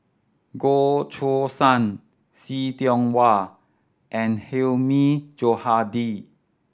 Goh Choo San See Tiong Wah and Hilmi Johandi